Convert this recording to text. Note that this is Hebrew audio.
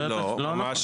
ממש